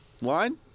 line